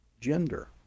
gender